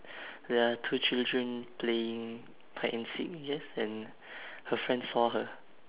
there are two children playing hide and seek yes and her friends saw her